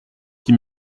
qui